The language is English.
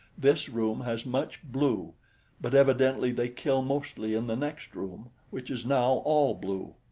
this room has much blue but evidently they kill mostly in the next room, which is now all blue.